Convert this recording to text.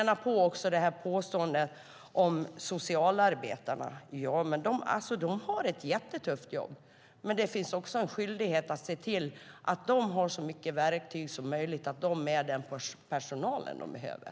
När det gäller det här påståendet om socialarbetarna vill jag säga att de har ett jättetufft jobb, men det finns också en skyldighet att se till att de har så många verktyg som möjligt och den personal som de behöver.